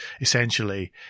Essentially